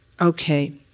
Okay